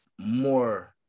more